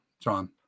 John